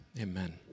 amen